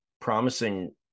Promising